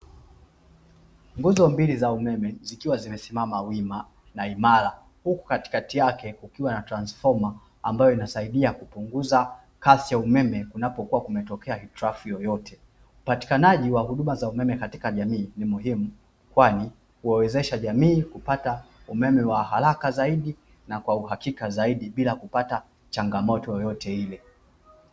Nguzo mbili za umeme zikiwa zimesimama wima na imara huku katikati yake kukiwa na transfoma ambayo inasaidia kupunguza kasi ya umeme kunapokuwa kumetokea hitilafu yoyote. Upatikanaji wa huduma za umeme katika jamii ni muhimu kwani huwawezesha jamii kupata umeme wa haraka zaidi na kwa uhakika zaidi bila kupata changamoto yoyote ile.